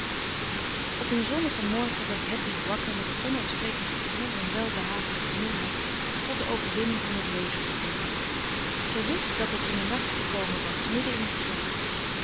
op een zonnigen morgen werd hedwig wakker met het onuitsprekelijk gevoel van welbehagelijke moeheid dat de overwinning van het leven beteekent ze wist dat het in den nacht gekomen was midden in den slaap